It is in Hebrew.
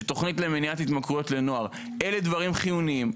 שתוכנית למניעת התמכרויות לנוער אלו דברים חיוניים,